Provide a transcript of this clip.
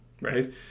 right